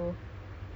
so